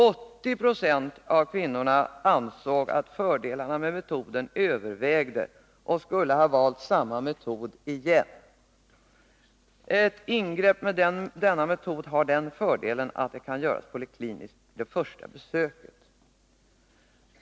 80 2 av kvinnorna ansåg att fördelarna med metoden övervägde och skulle ha valt samma metod igen. Ett ingrepp med denna metod har den fördelen att det kan göras polikliniskt vid det första besöket.